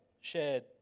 shared